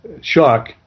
shock